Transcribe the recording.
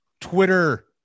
Twitter